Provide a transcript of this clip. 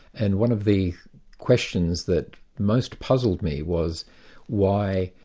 and one of the questions that most puzzled me was why,